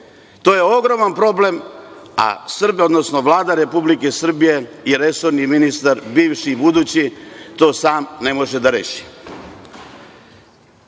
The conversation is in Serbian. To je ogroman problem, a Vlada Republike Srbije i resorni ministar, bivši i budući, to sam ne može da reši. Šta